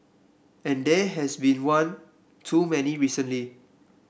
and there has been one too many recently